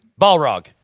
Balrog